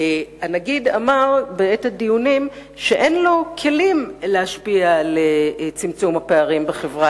הנגיד טען בדיונים שאין לו כלים להשפיע על צמצום הפערים בחברה